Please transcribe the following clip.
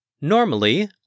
Normally